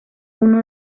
uno